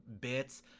bits